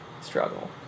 struggle